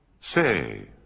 Say